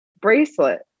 bracelet